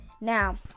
Now